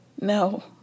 no